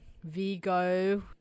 Vigo